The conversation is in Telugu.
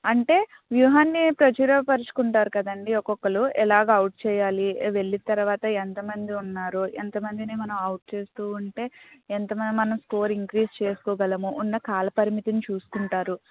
అంటే వ్యూహాన్ని ప్రచుర పరచుకుంటారు కదండీ ఒకొకళ్ళు ఎలాగ అవుట్ చెయ్యాలి వెళ్ళిన తర్వాత ఎంత మంది ఉన్నారు ఎంత మందిని మనం అవుట్ చేస్తూ ఉంటే ఎంత మన స్కోర్ ఇంక్రీజ్ చేసుకోగలం ఉన్న కాల పరిమితిని చూసుకుంటారు